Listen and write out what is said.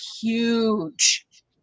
huge